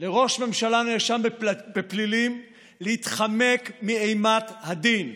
לראש ממשלה נאשם בפלילים להתחמק מאימת הדין.